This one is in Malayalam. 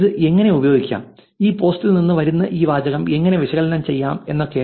ഇത് എങ്ങനെ ഉപയോഗിക്കാം ഈ പോസ്റ്റിൽ നിന്ന് വരുന്ന ഈ വാചകം എങ്ങനെ വിശകലനം ചെയ്യാം എന്നൊക്കെ